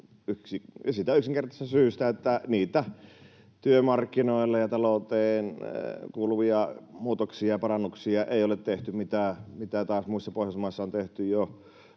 siitä yksinkertaisesta syystä, että niitä työmarkkinoille ja talouteen kuuluvia muutoksia ja parannuksia ei ole tehty, mitä taas muissa Pohjoismaissa on tehty jo